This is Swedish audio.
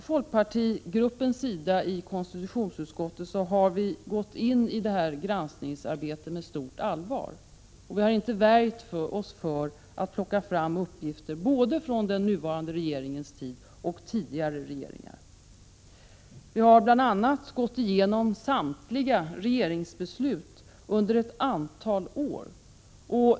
Folkpartigruppen i konstitutionsutskottet har gått in i detta granskningsarbete med stort allvar. Vi har inte värjt oss för att plocka fram uppgifter från både den nuvarande regeringens tid och tidigare regeringars tid. Vi har bl.a. gått igenom samtliga regeringsbeslut under ett antal år.